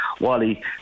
Wally